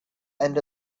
end